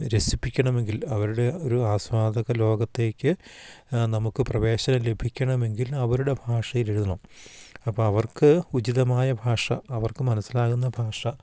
രസിപ്പിക്കണമെങ്കിൽ അവരുടെ ഒരു ആസ്വാദക ലോകത്തേക്ക് നമുക്ക് പ്രവേശനം ലഭിക്കണമെങ്കിൽ അവരുടെ ഭാഷയിൽ എഴുതണം അപ്പം അവർക്ക് ഉചിതമായ ഭാഷ അവർക്കു മനസ്സിലാകുന്ന ഭാഷ